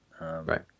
right